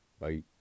Bye